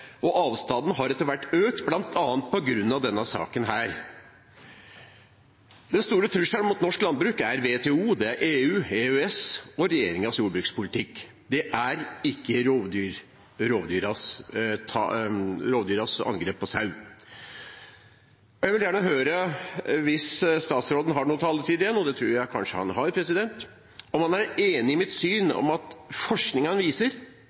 Avstanden har etter hvert økt, bl.a. på grunn av denne saken. Den store trusselen mot norsk landbruk er WTO, EU, EØS og regjeringens jordbrukspolitikk. Det er ikke rovdyrenes angrep på sau. Jeg vil gjerne høre – hvis statsråden har noe taletid igjen, og det tror jeg kanskje han har – om han er enig i mitt syn om at forskningen viser